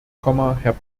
herr